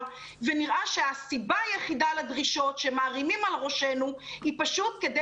ונראה שהסיבה היחידה לדרישות שמערימים על ראשינו היא פשוט כדי